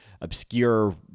obscure